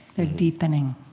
they're deepening